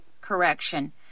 correction